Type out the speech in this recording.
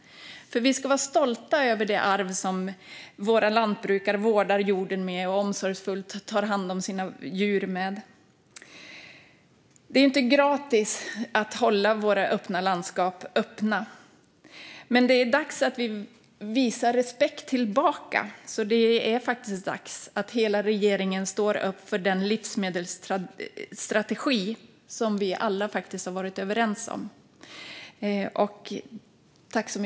Vi ska vara stolta över det arv som våra lantbrukare vårdar jorden med och omsorgsfullt tar hand om sina djur med. Det är inte gratis att hålla våra öppna landskap öppna. Men det är dags att vi visar respekt tillbaka. Det är faktiskt dags att hela regeringen står upp för den livsmedelsstrategi som vi alla har varit överens om.